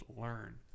learn